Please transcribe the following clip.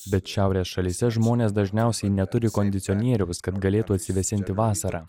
bet šiaurės šalyse žmonės dažniausiai neturi kondicionieriaus kad galėtų atsivėsinti vasarą